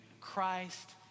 Christ